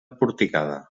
porticada